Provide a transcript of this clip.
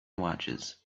watches